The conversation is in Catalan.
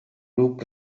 grup